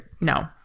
No